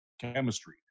chemistry